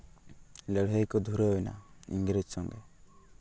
ᱞᱟᱹᱲᱦᱟᱹᱭ ᱠᱚ ᱫᱷᱩᱨᱟᱹᱣ ᱮᱱᱟ ᱤᱝᱨᱮᱡᱽ ᱥᱚᱝᱜᱮ